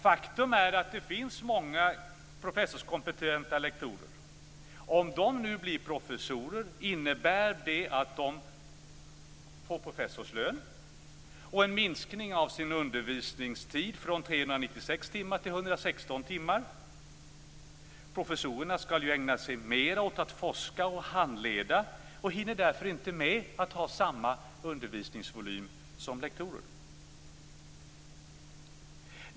Faktum är att det finns många professorskompetenta lektorer. Om de nu blir professorer innebär det att de får professorslön och en minskning av sin undervisningstid från 396 till 116 timmar. Professorerna skall ju ägna sig mer åt att forska och handleda och hinner därför inte ha samma undervisningsvolym som lektorer.